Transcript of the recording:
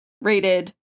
rated